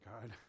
God